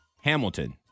Hamilton